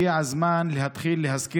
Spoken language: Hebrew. אם ניקח את המדיח הזול